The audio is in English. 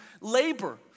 labor